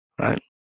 right